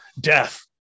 death